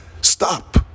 stop